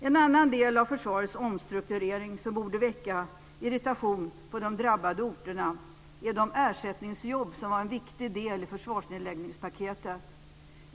En annan del av försvarets omstrukturering som borde väcka irritation på de drabbade orterna är de ersättningsjobb som var en viktig del i försvarsnedläggningspaketet.